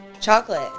Chocolate